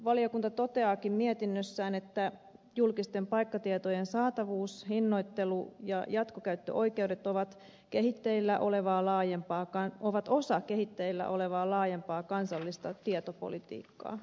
valiokunta toteaakin mietinnössään että julkisten paikkatietojen saatavuus hinnoittelu ja jatkokäyttöoikeudet ovat osa kehitteillä olevaa laajempaa kansallista tietopolitiikkaa